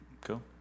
Cool